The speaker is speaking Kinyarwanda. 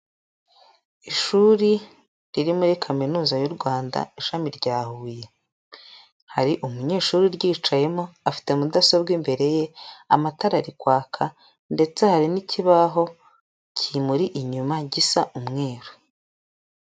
Ishuri riri muri Kaminuza y'u Rwanda ishami rya Huye, hari umunyeshuri uryicayemo afite mudasobwa imbere ye, amatara arikwaka ndetse hari n'ikibaho kimuri inyuma gisa umweru.